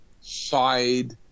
side